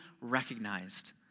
recognized